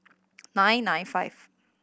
nine nine five